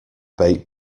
bait